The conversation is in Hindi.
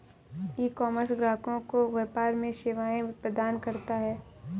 ईकॉमर्स ग्राहकों को व्यापार में सेवाएं प्रदान करता है